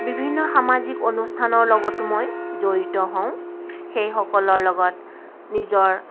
বিভিন্ন সামাজিক অনুষ্ঠানৰ লগতো মই জড়িত হওঁ সেইসকলৰ লগত নিজৰ